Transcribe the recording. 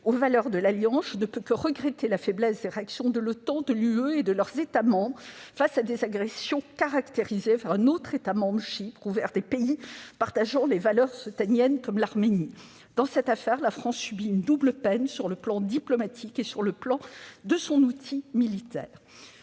aux valeurs de l'Alliance, je ne peux que regretter la faiblesse des réactions de cette organisation, de l'Union européenne et de leurs États membres face à des agressions caractérisées envers un autre État membre, Chypre, et envers des pays partageant les valeurs otaniennes, comme l'Arménie. Dans cette affaire, la France subit une double peine : du point de vue diplomatique et du point de vue de son outil militaire.